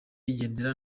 yigendera